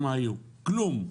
כלום.